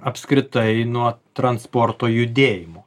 apskritai nuo transporto judėjimo